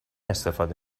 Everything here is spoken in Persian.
استفاده